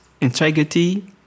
Integrity